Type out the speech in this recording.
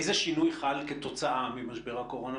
איזה שינוי חל כתוצאה ממשבר הקורונה?